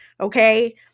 okay